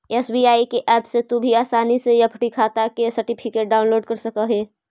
SBI के app से भी तू आसानी से एफ.डी खाटा के सर्टिफिकेट डाउनलोड कर सकऽ हे